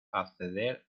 acceder